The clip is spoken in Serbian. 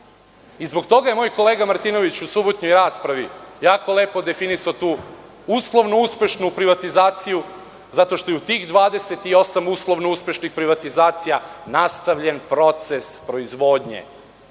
Zbog toga je moj kolega Martinović, u subotnjoj raspravi, jako lepo definisao tu uslovno uspešnu privatizaciju, zato što je u tih 28 uslovno uspešnih privatizacija nastavljen proces proizvodnje.